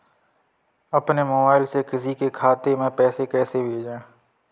अपने मोबाइल से किसी के खाते में पैसे कैसे भेजें?